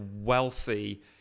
wealthy